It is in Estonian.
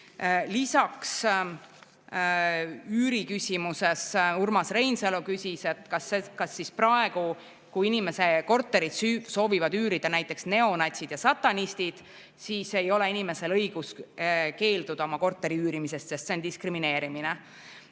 küsis üüriküsimuses Urmas Reinsalu, kas siis praegu, kui inimese korterit soovivad üürida näiteks neonatsid ja satanistid, ei ole inimesel õigust keelduda oma korteri üürimisest, sest see on diskrimineerimine.